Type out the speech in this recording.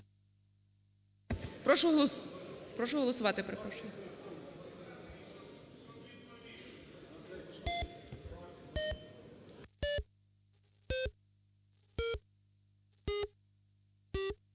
Прошу голосувати, перепрошую.